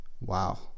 Wow